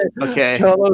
okay